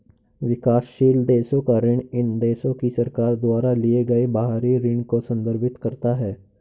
विकासशील देशों का ऋण इन देशों की सरकार द्वारा लिए गए बाहरी ऋण को संदर्भित करता है